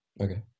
Okay